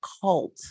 cult